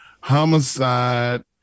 homicide